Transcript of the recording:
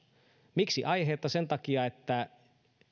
miksi aiheetta sen takia että